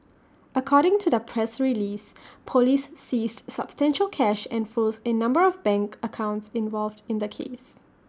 according to the press release Police seized substantial cash and froze A number of bank accounts involved in the case